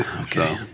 Okay